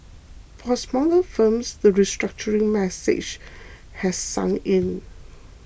for smaller firms the restructuring message has sunk in